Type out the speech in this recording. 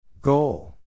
Goal